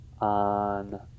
on